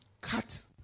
cut